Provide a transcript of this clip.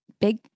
big